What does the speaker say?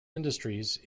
industries